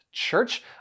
church